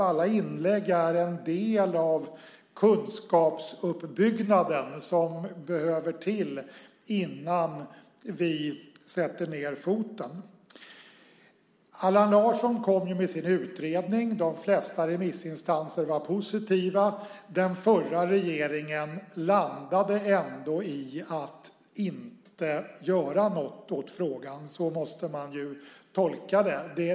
Alla inlägg är en del av den kunskapsuppbyggnad som behövs innan vi sätter ned foten. Allan Larsson kom med sin utredning. De flesta remissinstanser var positiva. Den förra regeringen landade ändå i att inte göra något åt frågan. Så måste man tolka det.